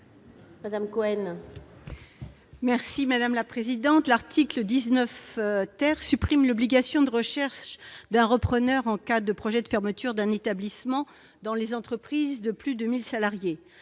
parole est à Mme Laurence Cohen. L'article 19 supprime l'obligation de rechercher un repreneur en cas de projet de fermeture d'un établissement dans les entreprises de plus de 1 000 salariés.